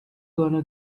gonna